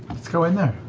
let's go in there.